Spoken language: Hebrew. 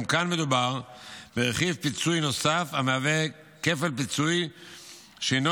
גם כאן מדובר ברכיב פיצוי נוסף המהווה כפל פיצוי שאינו